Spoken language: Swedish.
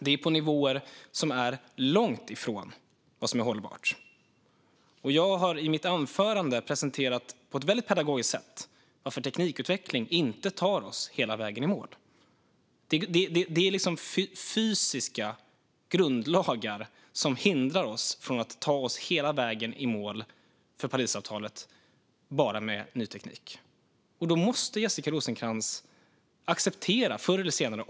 Det är på nivåer som är långt ifrån hållbara. Jag har i mitt anförande på ett väldigt pedagogiskt sätt presenterat varför teknikutveckling inte tar oss hela vägen i mål; det är liksom fysiska grundlagar som hindrar oss från att med hjälp enbart av ny teknik ta oss hela vägen i mål vad gäller Parisavtalet.